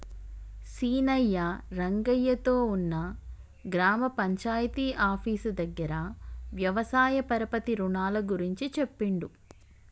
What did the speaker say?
సీనయ్య రంగయ్య తో ఉన్న గ్రామ పంచాయితీ ఆఫీసు దగ్గర వ్యవసాయ పరపతి రుణాల గురించి చెప్పిండు